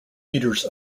metres